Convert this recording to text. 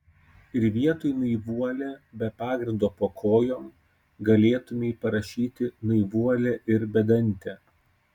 ir vietoj naivuolė be pagrindo po kojom galėtumei parašyti naivuolė ir bedantė